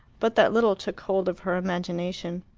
but that little took hold of her imagination.